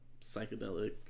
psychedelic